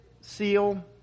seal